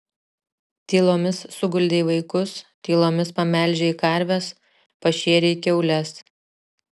tylomis suguldei vaikus tylomis pamelžei karves pašėrei kiaules